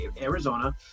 Arizona